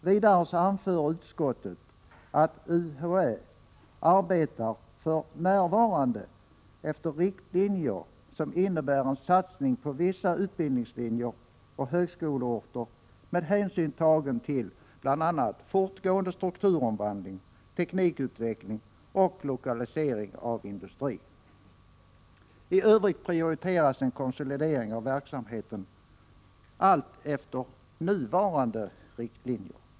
Vidare anför utskottet att UHÄ för närvarande arbetar efter riktlinjer som innebär en satsning på vissa utbildningslinjer och högskoleorter med hänsyn tagen till bl.a. fortgående strukturomvandling, teknikutveckling och lokalisering av industri. I övrigt prioriteras en konsolidering av verksamheten — allt efter nuvarande riktlinjer.